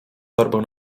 torbę